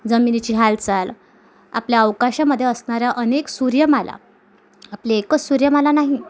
जमिनीची हालचाल आपल्या अवकाशामधे असणाऱ्या अनेक सूर्यमाला आपली एकच सूर्यमाला नाही